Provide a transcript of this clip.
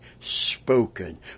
spoken